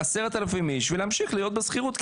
10 אלפים איש ולהמשיך להיות בשכירות,